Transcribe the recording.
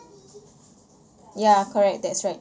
ya correct that's right